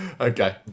okay